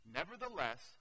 nevertheless